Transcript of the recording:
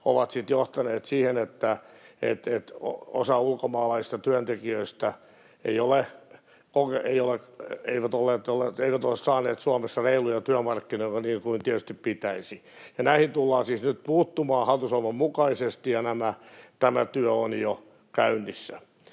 sitten johtaneet siihen, että osa ulkomaalaisista työntekijöistä ei ole saanut Suomessa reiluja työmarkkinoita, niin kuin tietysti pitäisi. Näihin tullaan siis nyt puuttumaan hallitusohjelman mukaisesti, ja tämä työ on jo käynnissä.